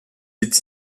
est